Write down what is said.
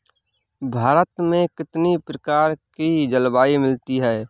भारत में कितनी प्रकार की जलवायु मिलती है?